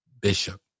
Bishop